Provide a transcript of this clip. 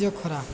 ଜଖରା